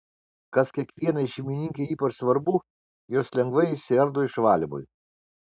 kas kiekvienai šeimininkei ypač svarbu jos lengvai išsiardo išvalymui